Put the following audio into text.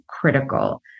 critical